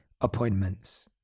appointments